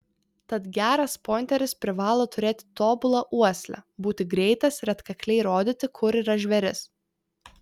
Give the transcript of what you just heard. tad geras pointeris privalo turėti tobulą uoslę būti greitas ir atkakliai rodyti kur yra žvėris